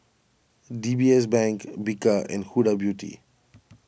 D B S Bank Bika and Huda Beauty